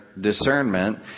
discernment